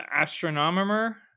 astronomer